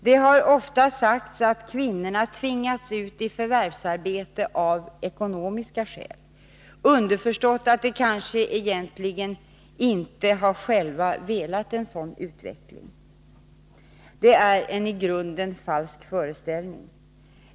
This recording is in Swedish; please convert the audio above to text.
Det har ofta sagts att kvinnorna tvingats ut i förvärvsarbete av ekonomiska skäl, underförstått att de kanske egentligen själva inte har velat en sådan utveckling. Det är en i grunden falsk föreställning.